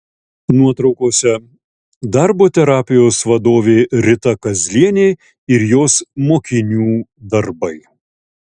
nuotraukose darbo terapijos vadovė rita kazlienė ir jos mokinių darbai